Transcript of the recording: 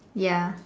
ya